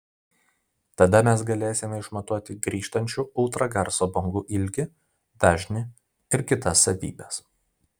tada mes galėsime išmatuoti grįžtančių ultragarso bangų ilgį dažnį ir kitas savybes